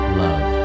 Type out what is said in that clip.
love